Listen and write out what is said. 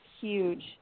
huge